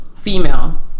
female